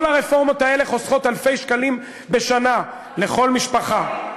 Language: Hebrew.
כל הרפורמות האלה חוסכות אלפי שקלים בשנה לכל משפחה.